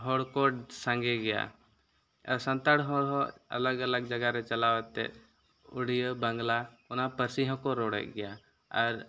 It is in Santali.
ᱦᱚᱲ ᱠᱚ ᱥᱟᱸᱜᱮ ᱜᱮᱭᱟ ᱟᱨ ᱥᱟᱱᱛᱟᱲ ᱦᱚᱲ ᱦᱚᱸ ᱟᱞᱟᱠ ᱟᱞᱟᱠ ᱡᱟᱭᱜᱟᱨᱮ ᱪᱟᱞᱟᱣ ᱠᱟᱛᱮ ᱩᱲᱤᱭᱟᱹ ᱵᱟᱝᱞᱟ ᱚᱱᱟ ᱯᱟᱹᱨᱥᱤ ᱦᱚᱸᱠᱚ ᱨᱚᱲᱮᱜ ᱜᱮᱭᱟ ᱟᱨ